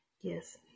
Yes